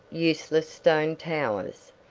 useless stone towers,